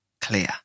clear